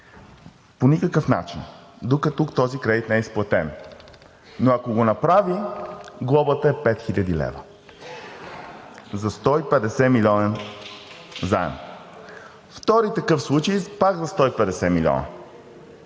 по никакъв начин, докато този кредит не е изплатен, но ако го направи, глобата е 5000 лв.!? За 150 милионен заем?! Втори такъв случай, пак за 150 милиона.